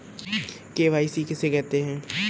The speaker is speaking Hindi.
के.वाई.सी किसे कहते हैं?